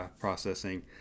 processing